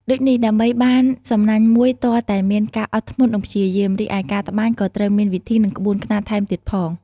ដូចនេះដើម្បីបាន សំណាញ់មួយទាល់តែមានការអត់ធ្មត់និងព្យាយាម រីឯការត្បាញក៏ត្រូវមានវិធី និងក្បួនខ្នាតថែមទៀតផង។